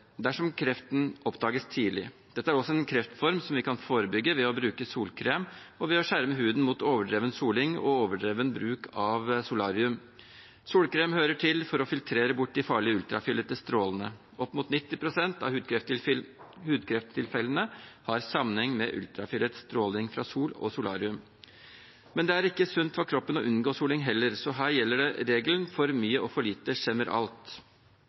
dersom kreften oppdages tidlig. Dette er også en kreftform som vi kan forebygge ved å bruke solkrem og ved å skjerme huden mot overdreven soling og overdreven bruk av solarium. Solkrem hører til for å filtrere bort de farlige ultrafiolette strålene. Opp mot 90 pst. av hudkrefttilfellene har sammenheng med ultrafiolett stråling fra sol og solarium. Men det er heller ikke sunt for kroppen å unngå soling, så her gjelder regelen: For mye og for lite